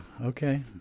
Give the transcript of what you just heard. okay